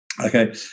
okay